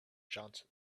johnson